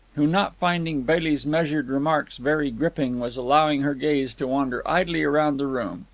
who, not finding bailey's measured remarks very gripping, was allowing her gaze to wander idly around the room,